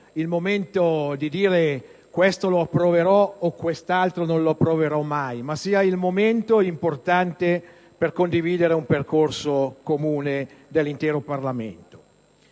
il momento di dire "questo lo approverò e quest'altro non lo approverò mai". Penso invece che oggi sia un momento importante per condividere un percorso comune dell'intero Parlamento.